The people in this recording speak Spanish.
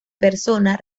persona